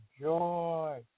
joy